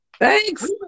Thanks